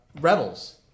Rebels